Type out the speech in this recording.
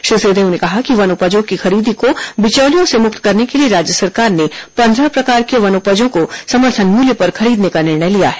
श्री सिंहदेव ने कहा कि वनोपजों की खरीदी को बिचैलियों से मुक्त करने के लिए राज्य सरकार ने पंद्रह प्रकार के वनोपजों को समर्थन मूल्य पर खरीदने का निर्णय लिया है